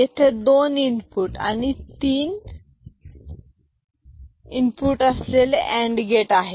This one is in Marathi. येथे दोन इनपुट आणि आणि तीन इनपुट असलेले अँड गेट आहेत